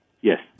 Yes